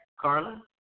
Carla